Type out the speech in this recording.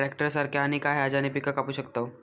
Tractor सारखा आणि काय हा ज्याने पीका कापू शकताव?